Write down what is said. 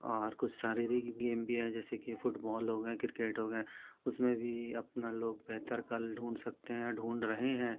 और कुछ शारीरिक गेम भी हैं जैसे कि फुटबॉल हो गए क्रिकेट हो गए उस में भी अपना लोग बेहतर कल ढूँढ सकते है ढूँढ रहें हैं